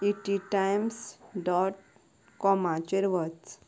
E T Times dot कॉमाचेर वच